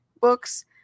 books